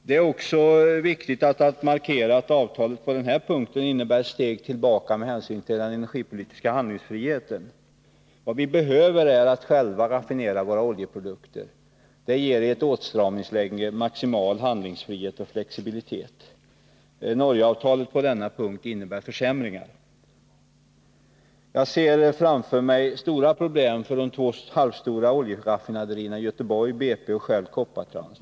Det är också viktigt att markera att avtalet på den här punkten innebär ett steg tillbaka med hänsyn till den energipolitiska handlingsfriheten. Vad vi behöver är att själva raffinera våra oljeprodukter. Det ger i ett åtstramningsläge maximal handlingsfrihet och flexibilitet. Norgeavtalet innebär på denna punkt försämringar. Jag ser framför mig stora problem för de två halvstora oljeraffinaderierna i Göteborg, BP och Shell/Koppartrans.